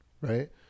right